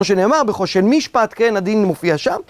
כמו שנאמר בחושן משפט, כן, הדין מופיע שם.